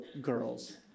girls